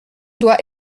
doit